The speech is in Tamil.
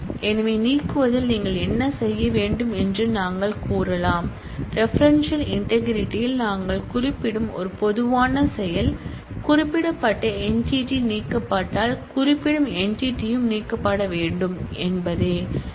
எனவே நீக்குவதில் நீங்கள் என்ன செய்ய வேண்டும் என்று நாங்கள் கூறலாம் ரெபரென்ஷியல் இன்டெக்ரிடி ல் நாங்கள் குறிப்பிடும் ஒரு பொதுவான செயல் குறிப்பிடப்பட்ட என்டிடி நீக்கப்பட்டால் குறிப்பிடும் என்டிடி ம் நீக்கப்பட வேண்டும் என்பதே கேஸ்கெட்